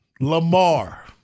Lamar